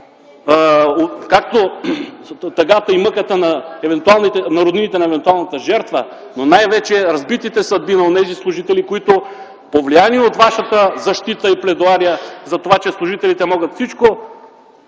както тъгата и мъката на роднините на евентуалната жертва, но най-вече разбитите съдби на онези служители, които, повлияни от Вашата защита и пледоария за това, че служителите могат всичко,